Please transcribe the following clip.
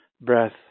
breath